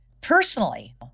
personally